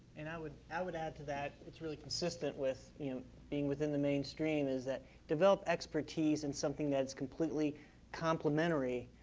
and i would i would add to that, it's really consistent with and being within the mainstream, is that develop expertise in something that's completely complementary,